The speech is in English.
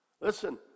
Listen